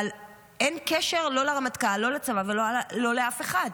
אבל אין קשר לא לרמטכ"ל, לא לצבא ולא לאף אחד.